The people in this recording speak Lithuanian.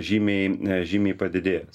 žymiai žymiai padidėjęs